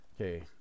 Okay